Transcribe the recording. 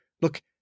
look